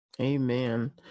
Amen